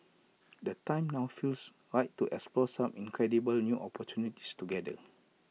the time now feels right to explore some incredible new opportunities together